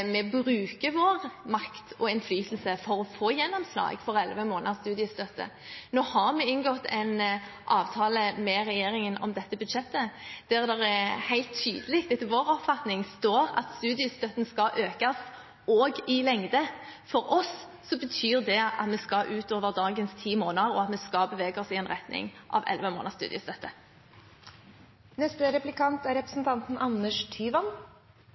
vi bruker vår makt og innflytelse for å få gjennomslag for elleve måneders studiestøtte. Nå har vi inngått en avtale med regjeringen om dette budsjettet der det helt tydelig, etter vår oppfatning, står at studiestøtten skal økes – også i lengde. For oss betyr det at vi skal utover dagens ti måneder, og at vi skal bevege oss i en retning av elleve måneders studiestøtte. Jeg vil bare si til representanten